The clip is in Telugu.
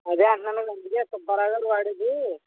అదే అంటున్నానందుకే సుబ్బారావుగారు వాడేది